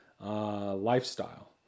lifestyle